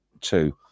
two